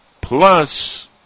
Plus